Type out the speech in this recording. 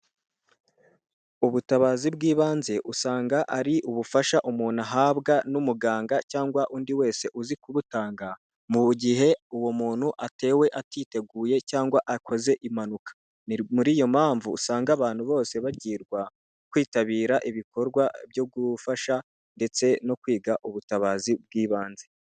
Ubutabazi bw'ibanze usanga ari ubufasha umuntu ahabwa n'umuganga cyangwa undi wese uzi kubutanga, mu gihe uwo muntu atewe atiteguye cyangwa akoze impanuka. Ni muri iyo mpamvu, usanga abantu bose bagirwa kwitabira ibikorwa byo gufasha ndetse no kwiga ubutabazi bw'ibanze.